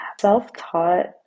self-taught